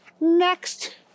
Next